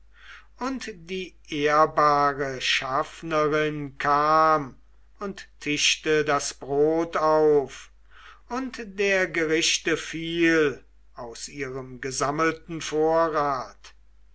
und die ehrbare schaffnerin kam und tischte das brot auf und der gerichte viel aus ihrem gesammelten vorrat